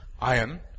iron